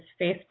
Facebook